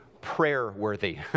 prayer-worthy